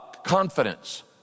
confidence